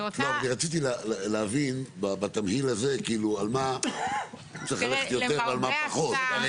רציתי להבין בתמהיל הזה על מה צריך ללכת יותר ועל מה פחות.